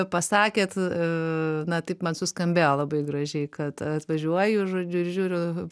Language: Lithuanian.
pasakėt na taip man suskambėjo labai gražiai kad atvažiuoju žodžiu ir žiūriu